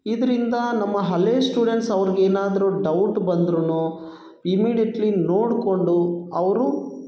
ಇದರಿಂದ ನಮ್ಮ ಹಳೇ ಸ್ಟೂಡೆಂಟ್ಸ್ ಅವ್ರ್ಗೆ ಏನಾದರೂ ಡೌಟ್ ಬಂದ್ರೂ ಇಮ್ಮಿಡಿಯೇಟ್ಲಿ ನೋಡಿಕೊಂಡು ಅವರೂ